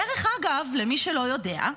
דרך אגב, למי שלא יודע,